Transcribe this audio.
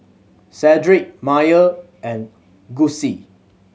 Cedric Maia and Gussie